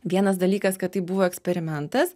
vienas dalykas kad tai buvo eksperimentas